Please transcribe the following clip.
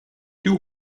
two